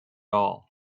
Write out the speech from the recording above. all